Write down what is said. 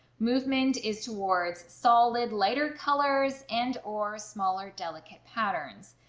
movement is towards solid lighter colors and or smaller delicate patterns.